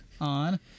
on